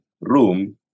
room